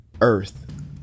Earth